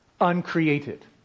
Uncreated